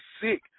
sick